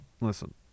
listen